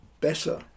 better